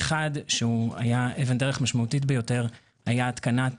אחד שהיה אבן דרך משמעותית ביותר היה התקנת